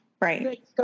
Right